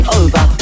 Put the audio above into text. over